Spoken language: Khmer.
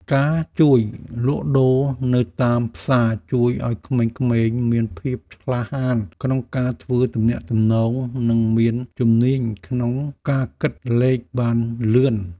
ការជួយលក់ដូរនៅតាមផ្សារជួយឱ្យក្មេងៗមានភាពក្លាហានក្នុងការធ្វើទំនាក់ទំនងនិងមានជំនាញក្នុងការគិតលេខបានលឿន។